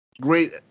great